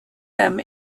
them